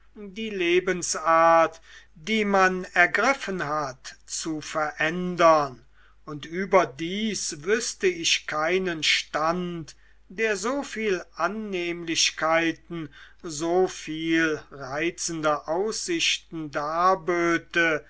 die lebensart die man ergriffen hat zu verändern und überdies wüßte ich keinen stand der so viel annehmlichkeiten so viel reizende aussichten darböte